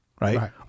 right